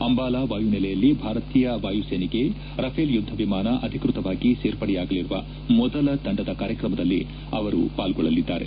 ಅಂಬಾಲ ವಾಯುನೆಲೆಯಲ್ಲಿ ಭಾರತೀಯ ವಾಯುಸೇನೆಗೆ ರಫೇಲ್ ಯುದ್ದ ವಿಮಾನ ಅಧಿಕೃತವಾಗಿ ಸೇರ್ಪಡೆಯಾಗಲಿರುವ ಮೊದಲ ತಂಡದ ಕಾರ್ಯಕ್ರಮದಲ್ಲಿ ಅವರು ಪಾಲ್ಲೊಳ್ಳಲಿದ್ದಾರೆ